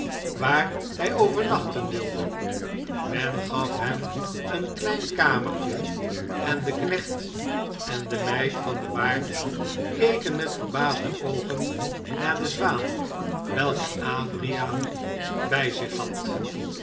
waar hij overnachten wilde men gaf hem een klein kamertje en de knecht en de meid van den waard keken met verbaasde oogen naar de zwaan welke adriaan bij zich had